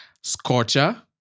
scorcher